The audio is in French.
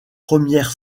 première